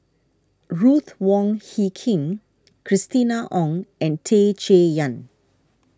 Ruth Wong Hie King Christina Ong and Tan Chay Yan